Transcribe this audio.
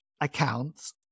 accounts